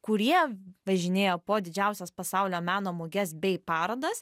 kurie važinėja po didžiausias pasaulio meno muges bei parodas